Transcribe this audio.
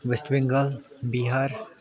West Bengal Bihar